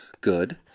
good